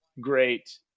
great